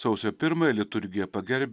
sausio pirmąją liturgija pagerbia